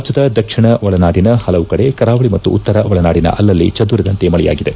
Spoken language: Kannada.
ರಾಜ್ಯದ ದಕ್ಷಿಣ ಒಳನಾಡಿನ ಪಲವು ಕಡೆ ಕರಾವಳಿ ಮತ್ತು ಉತ್ತರ ಒಳನಾಡಿನ ಅಲ್ಲಲ್ಲಿ ಚದುರಿದಂತೆ ಮಳೆಯಾಗಿದೆ